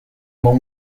mão